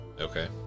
Okay